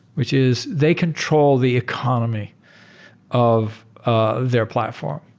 which is they control the economy of ah their platform.